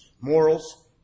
Morals